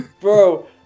Bro